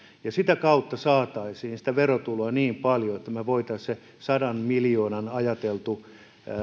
ja sitä kautta saataisiin sitä verotuloa niin paljon että me voisimme sen sadan miljoonan ajatellun